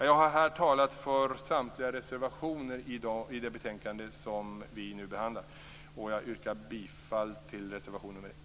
Jag har här talat för samtliga reservationer i det betänkande som vi nu behandlar, och jag yrkar bifall till reservation 1.